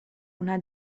una